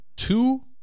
Two